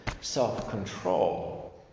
self-control